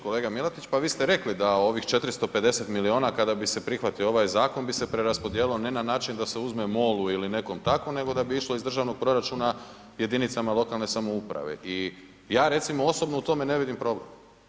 Kolega Milatić, pa vi ste rekli da ovih 450 milijuna kada bi se prihvatio ovaj zakon bi se preraspodijelilo ne na način da se uzme MOL-u ili nekom takvom, nego da bi išlo iz državnog proračuna jedinicama lokalne samouprave i ja recimo osobno u tome ne vidim problem.